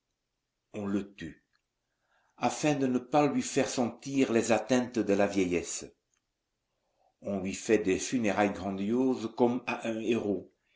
on le tue afin de ne pas lui faire sentir les atteintes de la vieillesse on lui fait des funérailles grandioses comme à un héros